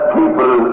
people